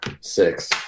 Six